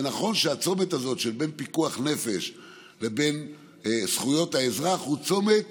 זה נכון שהצומת הזה בין פיקוח נפש לבין זכויות האזרח הוא צומת